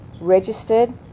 registered